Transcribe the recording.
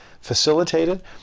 facilitated